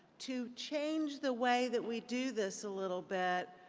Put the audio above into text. to change the way that we do this a little bit,